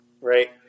right